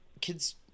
kids